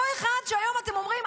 אותו אחד שהיום אתם אומרים,